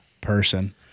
person